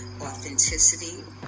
authenticity